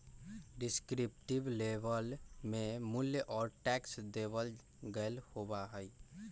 descriptive label में मूल्य और टैक्स देवल गयल होबा हई